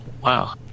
Wow